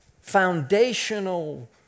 foundational